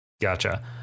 gotcha